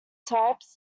types